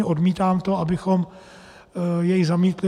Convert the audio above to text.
Odmítám to, abychom jej zamítli.